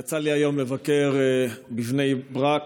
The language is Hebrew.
יצא לי היום לבקר בבני ברק.